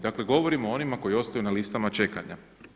Dakle govorimo o onima koji ostaju na listama čekanja.